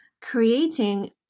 creating